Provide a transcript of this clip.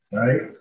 right